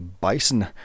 Bison